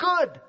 good